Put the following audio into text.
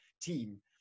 team